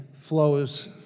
flows